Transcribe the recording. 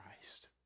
Christ